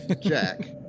Jack